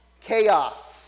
chaos